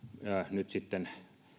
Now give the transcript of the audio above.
nyt sitten